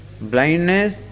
Blindness